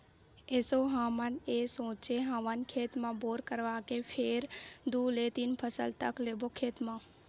एसो हमन ह सोचे हवन खेत म बोर करवाए के फेर दू ले तीन फसल तक लेबो खेत म